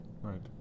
Right